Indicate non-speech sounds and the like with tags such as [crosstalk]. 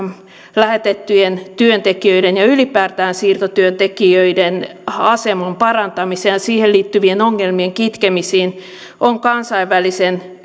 lähetettyjen työntekijöiden ja ylipäätään siirtotyöntekijöiden aseman parantamiseen ja siihen liittyvien ongelmien kitkemiseen on kansainvälisen [unintelligible]